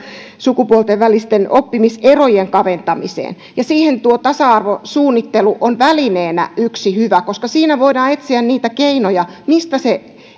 sukupuolten välisten oppimiserojen kaventamiseen siihen tuo tasa arvosuunnittelu on välineenä yksi hyvä koska siinä voidaan etsiä niitä keinoja